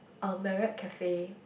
uh Marriott cafe